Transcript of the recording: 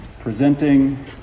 presenting